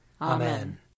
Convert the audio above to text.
Amen